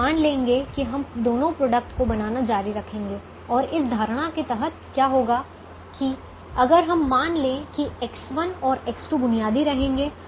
हम मान लेंगे कि हम दोनों प्रोडक्ट को बनाना जारी रखेंगे और इस धारणा के तहत क्या होगा कि अगर हम मान लें कि X1 और X2 बुनियादी रहेंगे